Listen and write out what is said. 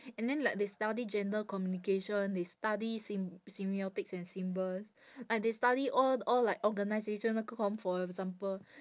and then like they study gender communication they study sem~ semiotics and symbols like they study all all like organisational comm for example